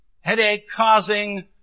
headache-causing